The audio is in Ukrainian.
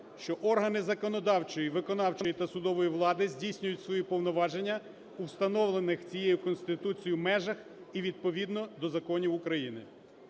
що органи законодавчої, виконавчої та судової влади здійснюють свої повноваження у встановлених цією Конституцією межах і відповідно до законів України.